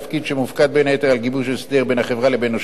שמופקד בין היתר על גיבוש הסדר בין החברה לבין נושיה,